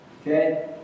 okay